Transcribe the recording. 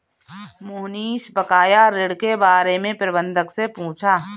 मोहनीश बकाया ऋण के बारे में प्रबंधक से पूछा